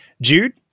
Jude